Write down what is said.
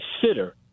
consider